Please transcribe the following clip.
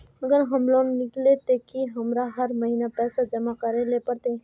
अगर हम लोन किनले ते की हमरा हर महीना पैसा जमा करे ले पड़ते?